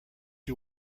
you